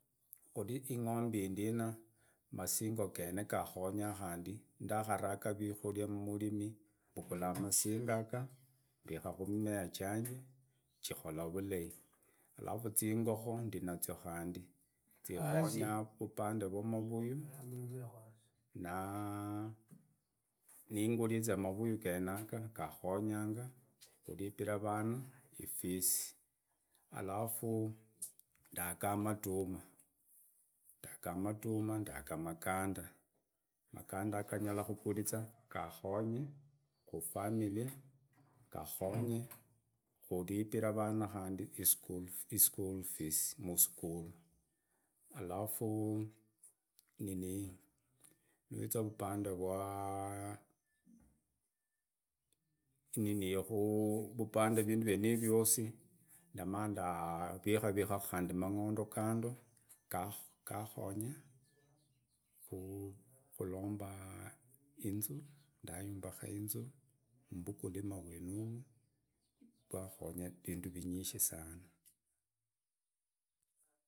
Khari ingombe ii ndina, masige gene gakonya khandi, ndakaraga vyikuria mumarimi, mbagulaa masingo yaga mbika kummea zyaje chikola vulai, alafu zingokoo ndi nazyo khadi zingonyaa muuvubande vya mavuyu naa ningurize mavuyu genaga gangonyanga kuripira ifisi vana alafu daga maduna nduga maduma ndaga muganda magandaga nyarakuria gakonye ku familia ga konye kuripiranvana khandi ischool fees musukuru nuua vupande vwaa vininii ivi vyosi ndamaa ndavikaku mang’onda kando gakonya kulombo inzu ndayumbakaa mbukulima vwenuvu, vwakonya vindu vinyisi sana.